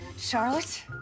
Charlotte